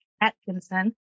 Atkinson